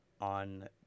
on